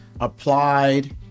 applied